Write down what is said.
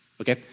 Okay